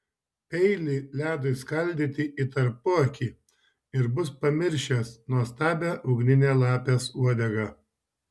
peilį ledui skaldyti į tarpuakį ir bus pamiršęs nuostabią ugninę lapės uodegą